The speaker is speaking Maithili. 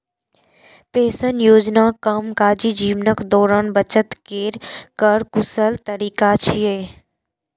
पेशन योजना कामकाजी जीवनक दौरान बचत केर कर कुशल तरीका छियै